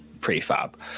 prefab